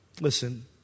Listen